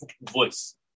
voice